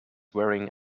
wearing